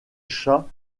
chat